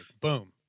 boom